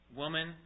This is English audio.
woman